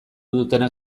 dutenak